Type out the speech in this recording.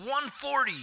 140